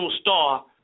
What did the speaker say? star